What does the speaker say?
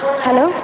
hello